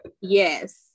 yes